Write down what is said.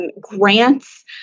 grants